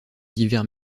divers